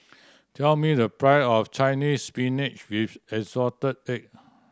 tell me the price of Chinese Spinach with assorted egg